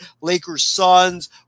Lakers-Suns